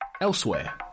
elsewhere